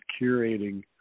curating